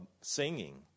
singing